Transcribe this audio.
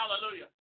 Hallelujah